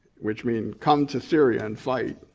which means come to syria and fight,